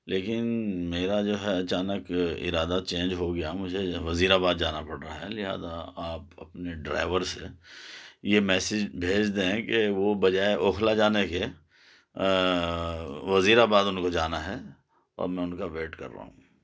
لیکن میرا جو ہے اچانک اِرادہ چینج ہو گیا مجھے وزیر آباد جانا پڑ رہا ہے لہٰذا آپ اپنے ڈرائیور سے یہ میسیج بھیج دیں کہ وہ بجائے اوکھلا جانے کے وزیر آباد اُن کوجانا ہے اور میں اُن کا ویٹ کر رہا ہوں